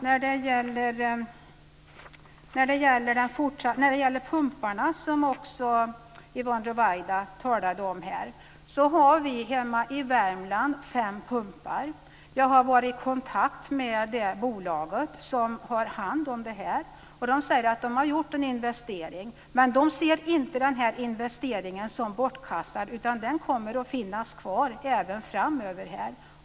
När det gäller pumparna som Yvonne Ruwaida talade om här har vi hemma i Värmland fem pumpar. Jag har varit i kontakt med det bolag som har hand om detta. Man säger att man har gjort en investering. Men man ser inte denna investering som bortkastad, utan den kommer att finnas kvar även framöver.